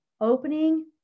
opening